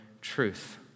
truth